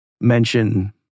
mention